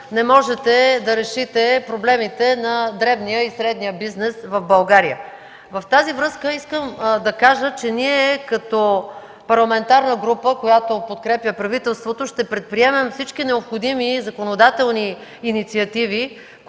не можете да решите проблемите на дребния и средния бизнес в България. В тази връзка искам да кажа, че ние като парламентарна група, която подкрепя правителството, ще предприемем всички необходими законодателни инициативи,